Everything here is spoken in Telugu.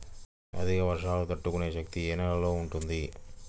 అధిక వర్షాలు తట్టుకునే శక్తి ఏ నేలలో ఉంటుంది?